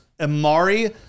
Amari